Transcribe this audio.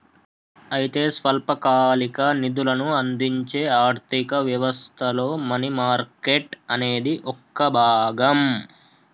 అయితే స్వల్పకాలిక నిధులను అందించే ఆర్థిక వ్యవస్థలో మనీ మార్కెట్ అనేది ఒక భాగం